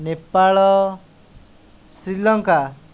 Nepal Sri Lanka